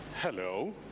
Hello